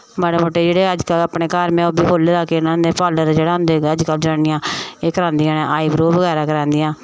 माड़ा मुट्टा जेह्ड़े अपने घर अज्ज कल में ओह् बी खोह्ले दा केह् नांऽ लैंदे पार्लर जेह्ड़े होंदा अज्जकल जनानियां एह् करांदियां न आईब्रो करांदियां न